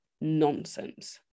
nonsense